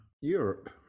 Europe